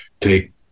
take